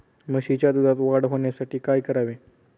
म्हशीच्या दुधात वाढ होण्यासाठी काय करावे?